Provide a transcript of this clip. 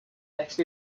next